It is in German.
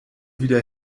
wieder